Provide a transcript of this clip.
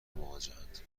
مواجهاند